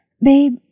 Babe